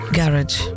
garage